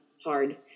hard